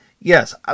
Yes